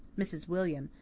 mrs. william,